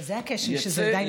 אבל זה הכשל, שזה עדיין לא התחיל.